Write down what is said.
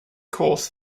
course